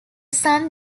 son